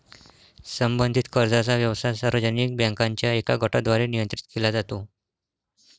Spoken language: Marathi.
संबंधित कर्जाचा व्यवसाय सार्वजनिक बँकांच्या एका गटाद्वारे नियंत्रित केला जातो